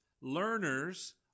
learners